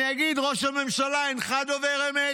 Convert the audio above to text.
אני אגיד: ראש הממשלה, אינך דובר אמת.